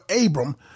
Abram